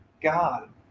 God